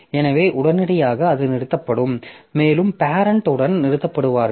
எனவே உடனடியாக அது நிறுத்தப்படும் மேலும் பேரெண்ட் உடன் நிறுத்தப்படுவார்கள்